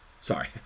Sorry